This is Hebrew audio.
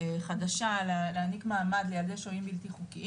חדשה להעניק מעמד לילדי שוהים בלתי חוקיים,